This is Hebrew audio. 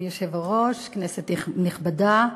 היושב-ראש, כנסת נכבדה,